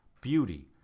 beauty